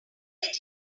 keep